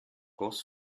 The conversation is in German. goss